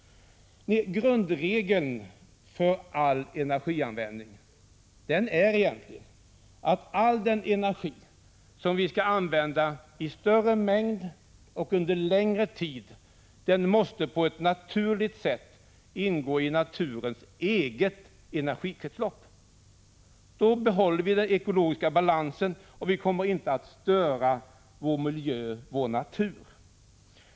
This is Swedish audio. Grundregeln för all energianvändning är att all den energi som skall användas i större mängd och under längre tid på ett naturligt sätt måste ingå i naturens eget energikretslopp. Då behåller vi den ekologiska balansen, och 53 vi kommer inte att störa vår miljö, vår natur.